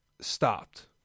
stopped